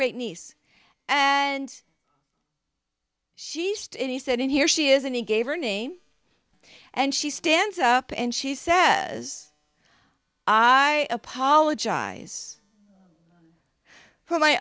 great niece and she used it he said and here she is and it gave her name and she stands up and she says i apologize for my